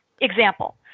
example